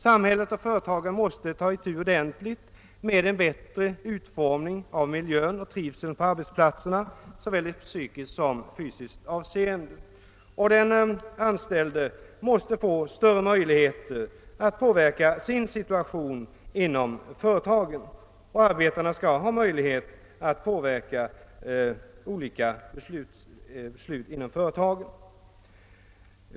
Samhället och företagen måste ordentligt ta itu med en bättre utformning av miljön och trivseln på arbetsplatserna i såväl psykiskt som fysiskt avseende, och den anställde måste få större möjligheter att påverka sin situation inom företaget liksom arbetarna bör ha möjlighet att påverka olika beslut inom företaget.